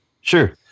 Sure